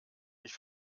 ich